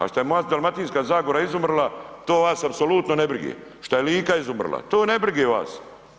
A što je moja Dalmatinska zagora izumrla to vas apsolutno ne brige, šta je Lika izumrla to ne brige vas.